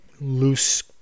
loose